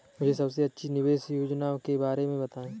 मुझे सबसे अच्छी निवेश योजना के बारे में बताएँ?